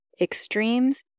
Extremes